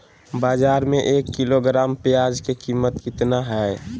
बाजार में एक किलोग्राम प्याज के कीमत कितना हाय?